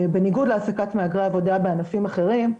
בניגוד להעסקת מהגרי עבודה בענפים אחרים,